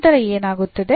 ನಂತರ ಏನಾಗುತ್ತದೆ